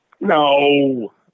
No